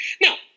now